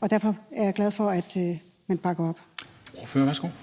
og derfor er jeg glad for, at man bakker op.